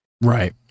Right